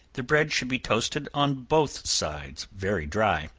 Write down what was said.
the bread should be toasted on both sides very dry,